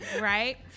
right